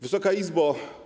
Wysoka Izbo!